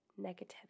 negativity